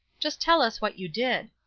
just tell us what you did.